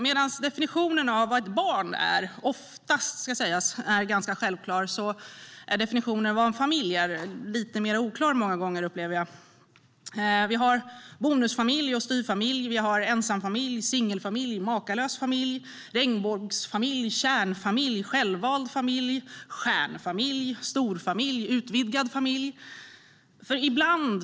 Medan definitionen av vad ett barn är oftast är ganska självklar är definitionen av vad en familj är många gånger lite mer oklar. Vi har bonusfamilj och styvfamilj. Vi har ensamfamilj, singelfamilj, makalös familj, regnbågsfamilj, kärnfamilj, självvald familj, stjärnfamilj, storfamilj och utvidgad familj.